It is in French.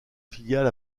filiale